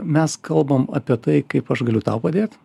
mes kalbam apie tai kaip aš galiu tau padėt